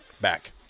Back